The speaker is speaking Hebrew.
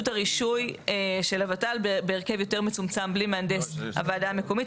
הרישוי של הוות"ל בהרכב יותר מצומצם בלי מהנדס הוועדה המקומית,